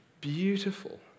beautiful